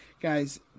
guys